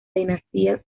dinastía